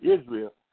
Israel